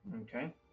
Okay